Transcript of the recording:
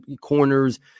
corners